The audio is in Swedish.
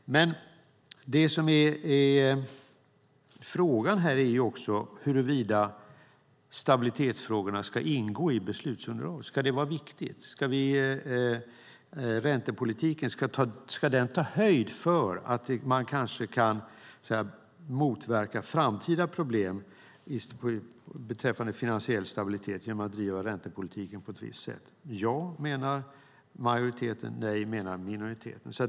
Men frågan är också huruvida stabilitetsfrågorna ska ingå i beslutsunderlaget. Ska det vara viktigt? Ska räntepolitiken ta höjd för att man kanske kan motverka framtida problem beträffande finansiell stabilitet genom att bedriva räntepolitiken på ett visst sätt? Ja, menar majoriteten. Nej, menar minoriteten.